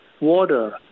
water